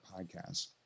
Podcast